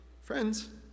Friends